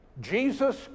Jesus